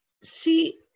see